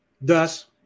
Thus